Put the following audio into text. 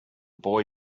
boy